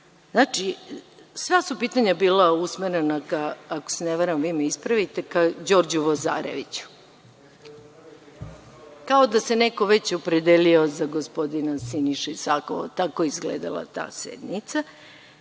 Znači, sva su pitanja bila usmerena ka, ako se ne varam vi me ispravite, ka Đorđu Vozareviću. Kao da se neko već opredelio za gospodina Sinišu Isakova, tako je izgledala ta sednica.